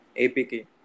APK